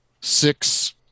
six